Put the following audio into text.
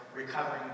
Recovering